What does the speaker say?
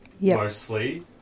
mostly